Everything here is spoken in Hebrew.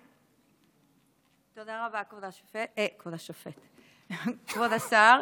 תודה רבה, כבוד השר.